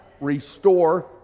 restore